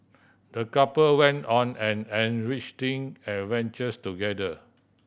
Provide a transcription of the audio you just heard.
the couple went on an enriching adventure together